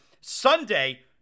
Sunday